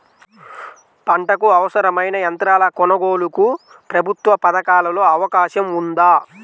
పంటకు అవసరమైన యంత్రాల కొనగోలుకు ప్రభుత్వ పథకాలలో అవకాశం ఉందా?